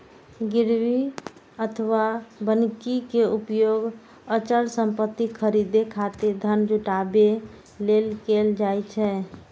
गिरवी अथवा बन्हकी के उपयोग अचल संपत्ति खरीदै खातिर धन जुटाबै लेल कैल जाइ छै